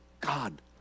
God